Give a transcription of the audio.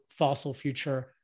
FossilFuture